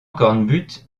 cornbutte